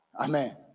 Amen